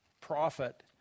prophet